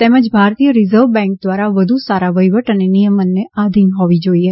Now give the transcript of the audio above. તેમજ ભારતીય reserve bank દ્વારા વધુ સારા વહીવટ અને નિયમનને આધિન હોવી જોઇએ